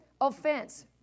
Offense